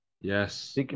yes